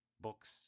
books